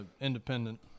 independent